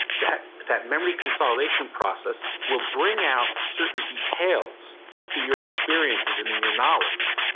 that that memory consolidation process will bring out certain details in your experiences and in your knowledge,